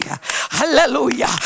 hallelujah